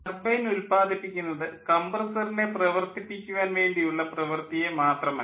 turbine ഉല്പാദിപ്പിക്കുന്നത് കംപ്രസ്സറിനെ പ്രവർത്തിപ്പിക്കുവാൻ വേണ്ടിയുള്ള പ്രവൃത്തിയെ മാത്രമല്ല